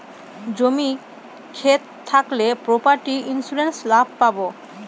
জমি ক্ষেত থাকলে প্রপার্টি ইন্সুরেন্স লাভ পাবো